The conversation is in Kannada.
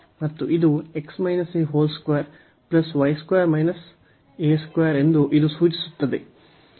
ಮತ್ತು ಇದು ಎಂದು ಇದು ಸೂಚಿಸುತ್ತದೆ